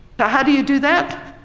now how do you do that?